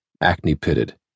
acne-pitted